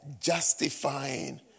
justifying